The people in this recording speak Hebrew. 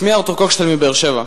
שמי ארתור קוקשטל מבאר-שבע.